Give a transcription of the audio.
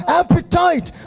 appetite